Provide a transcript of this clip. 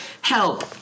Help